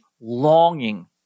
longing